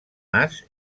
nas